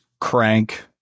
Crank